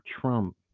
Trump